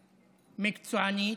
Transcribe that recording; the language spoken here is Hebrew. מקצוענית,